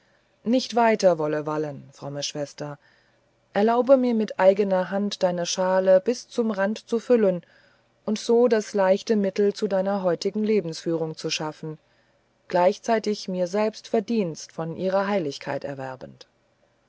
nicht weiter wolle wallen fromme schwester erlaube mir mit eigener hand deine schale bis zum rande zu füllen und so das leichte mittel zu deiner heutigen lebensführung zu schaffen gleichzeitig mir selbst verdienst von ihrer heiligkeit erwerbend